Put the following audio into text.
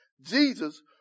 Jesus